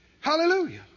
Hallelujah